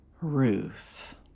Ruth